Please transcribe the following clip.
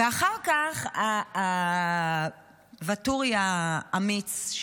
ואחר כך ואטורי האמיץ,